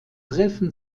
treffen